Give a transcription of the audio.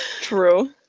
True